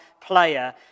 player